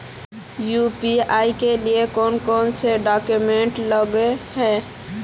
UPI के लिए कौन कौन से डॉक्यूमेंट लगे है?